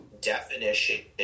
definition